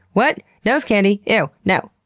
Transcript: what? nose candy? ew. no.